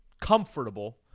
comfortable